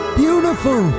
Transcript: beautiful